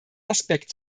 aspekt